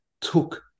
took